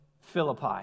Philippi